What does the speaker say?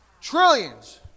Trillions